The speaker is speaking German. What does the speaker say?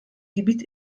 gebiet